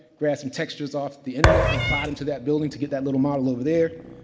grabbed some textures off the internet and applied them to that building to get that little model over there.